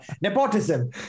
nepotism